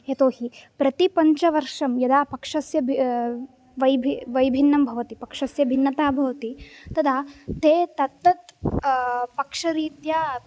यतोहि प्रतिपञ्चवर्षं यदा पक्षस्य वैभिन्न वैभिन्नं भवति पक्षस्य भिन्नता भवति तदा ते तत्तत् पक्षरीत्या